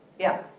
yeah.